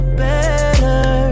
better